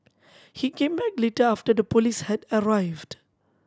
he came back later after the police had arrived